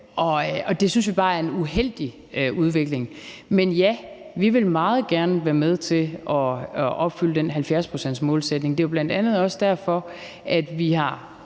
og det synes vi bare er en uheldig udvikling. Men ja, vi vil meget gerne være med til at opfylde den 70-procentsmålsætning. Det er jo bl.a. også derfor, at vi,